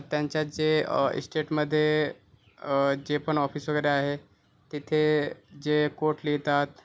त्यांच्यात जे इश्टेटमध्ये जे पण ऑफिस वगैरे आहे तिथे जे कोट लिहतात